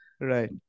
Right